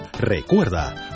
Recuerda